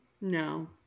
No